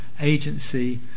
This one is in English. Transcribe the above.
agency